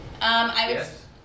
yes